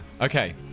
Okay